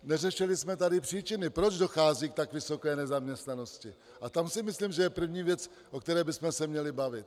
Neřešili jsme tady příčiny, proč dochází k tak vysoké nezaměstnanosti, a tam si myslím, že je první věc, o které bychom se měli bavit.